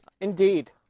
Indeed